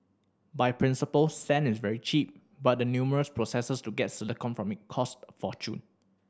by principle sand is very cheap but the numerous processes to get silicon from it cost a fortune